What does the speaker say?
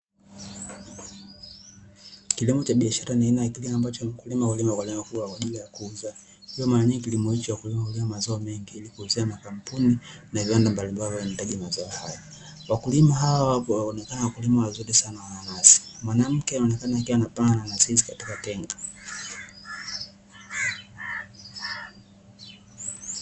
Kilimo cha biashara ni aina kilimo, ambacho mkulima hulima kwa ajili ya lengo kuu la kuuza, ikiwa mara nyingi kilimo hicho wakulima hulima mazao mengi ili kuuzia makampuni na viwanda mbalimbali vinavyohitaji mazao hayo.